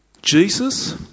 Jesus